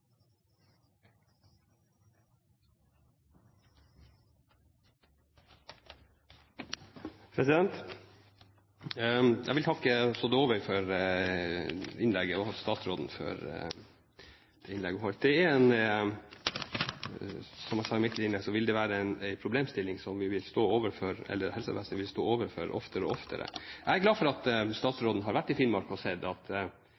behandlingen. Jeg vil takke også Laila Dåvøy for innlegget og statsråden for det innlegget hun holdt. Som jeg sa i mitt innlegg, er dette en problemstilling som helsevesenet vil stå overfor stadig oftere. Jeg er glad for at statsråden har vært i Finnmark og sett at